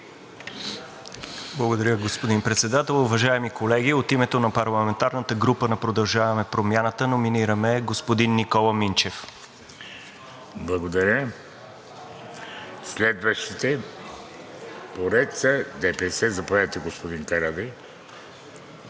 Благодаря, господин Председател. Уважаеми колеги, от името на парламентарната група на „Продължаваме Промяната“ номинираме господин Никола Минчев. ПРЕДСЕДАТЕЛ ВЕЖДИ РАШИДОВ: Благодаря. Следващите поред са ДПС. Заповядайте, господин Карадайъ.